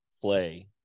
play